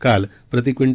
काल प्रति क्विं